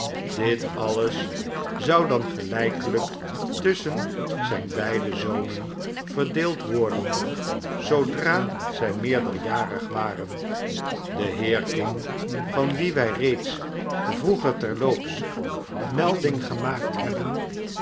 dit alles zou dan gelijkeiijk tusschen zijne beide zonen verdeeld worden zoodra zij meerderjarig waren de heer king van wien wij reeds vroeger terloops melding gemaakt hebben